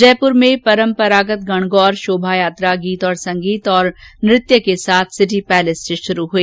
जयपूर में परम्परागत गणगौर शोभायात्रा गीत संगीत और नृत्य के साथ सिटी पैलेस से शुरू हुई